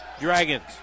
Dragons